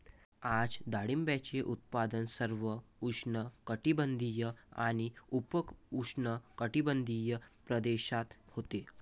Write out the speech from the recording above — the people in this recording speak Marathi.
आज डाळिंबाचे उत्पादन सर्व उष्णकटिबंधीय आणि उपउष्णकटिबंधीय प्रदेशात होते